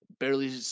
Barely